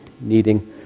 needing